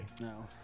No